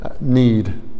need